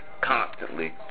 constantly